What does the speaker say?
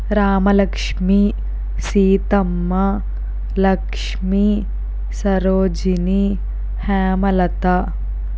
Ramalakshmi Seethamma Lakshmi Sarojini Hemalatha